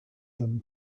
them